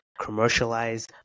commercialize